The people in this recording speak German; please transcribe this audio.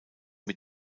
mit